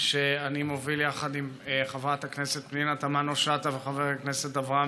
שאני מוביל יחד עם חברת הכנסת פנינה תמנו-שטה וחבר הכנסת אברהם